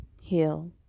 heal